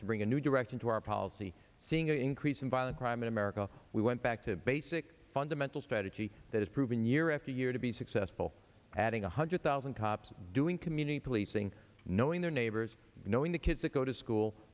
to bring a new direction to our policy seeing an increase in violent crime in america we went back to basic fundamental strategy that is proven year after year to be successful adding a hundred thousand cops doing community policing knowing their neighbors knowing the kids that go to school